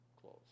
close